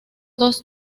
dos